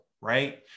right